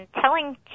telling